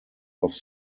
off